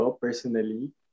personally